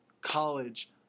college